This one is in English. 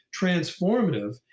transformative